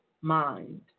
mind